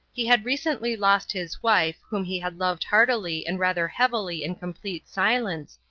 he had recently lost his wife, whom he had loved heartily and rather heavily in complete silence,